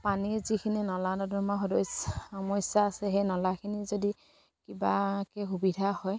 পানীৰ যিখিনি নলা নৰ্দমা সমস্যা আছে সেই নলাখিনি যদি কিবাকে সুবিধা হয়